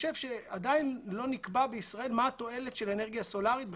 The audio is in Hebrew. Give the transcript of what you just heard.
עדיין לא נקבע בישראל מה התועלת של אנרגיה סולרית בכלל.